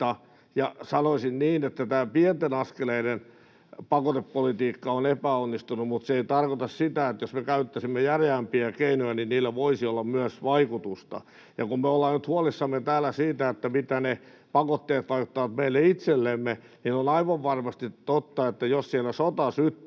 Sanoisin niin, että tämä pienten askeleiden pakotepolitiikka on epäonnistunut, mutta siitä huolimatta se ei tarkoita sitä, että jos me käyttäisimme järeämpiä keinoja, niin niillä ei voisi olla myös vaikutusta. Ja kun me ollaan nyt huolissamme täällä siitä, mitä ne pakotteet aiheuttavat meille itsellemme, niin on aivan varmasti totta, että jos siellä sota syttyy,